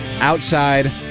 outside